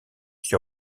sur